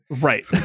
right